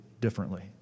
differently